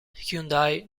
hyundai